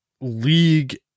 league